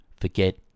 forget